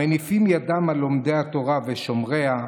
המניפים ידם על לומדי התורה ושומריה.